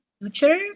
future